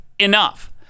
Enough